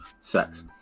sex